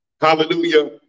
hallelujah